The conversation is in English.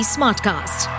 Smartcast